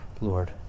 Lord